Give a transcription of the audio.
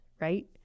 right